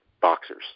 boxers